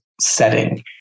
setting